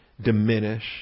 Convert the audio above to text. diminish